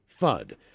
FUD